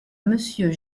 monsieur